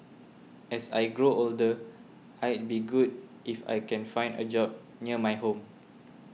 as I grow older it'd be good if I can find a job near my home